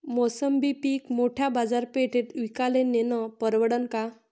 मोसंबी पीक मोठ्या बाजारपेठेत विकाले नेनं परवडन का?